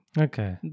okay